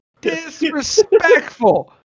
Disrespectful